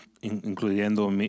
incluyendo